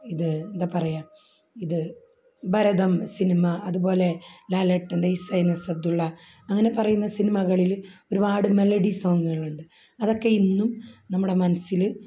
ഇത് എന്താണ് പറയാൻ ഇത് ഭരതം സിനിമ അതുപോലെ ലാലേട്ടൻ്റെ ഹിസ്ഹൈനസ് അബ്ദുള്ള അങ്ങനെ പറയുന്ന സിനിമകളിൽ ഒരുപാട് മെലഡി സോങ്ങുകളുണ്ട് അതൊക്കെ ഇന്നും നമ്മുടെ മനസ്സിൽ